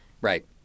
Right